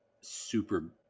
super